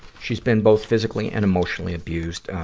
she's been both physically and emotionally abused.